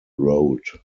road